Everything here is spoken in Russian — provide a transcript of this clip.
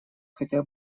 хотя